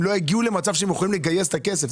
הם לא יגיעו למצב שהם יכולים לגייס את הכסף.